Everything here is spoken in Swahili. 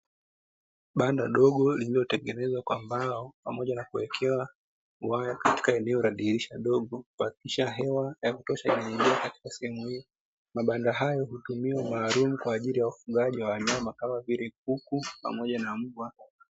Banda dogo lililotengenezwa kwa mbao pamoja na kuwekewa waya katika eneo la dirisha dogo kuhakikisha hewa ya kutosha inaingia katika sehemu hii. Mabanda hayo hutumiwa maalumu kwa ajili ya ufugaji wa wanyama kama vile kuku pamoja na mbwa.